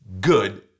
good